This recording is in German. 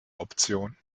option